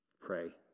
pray